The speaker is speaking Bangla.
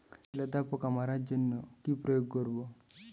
লেদা পোকা মারার জন্য কি প্রয়োগ করব?